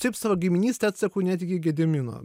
šiaip savo giminystę atseku net iki gedimino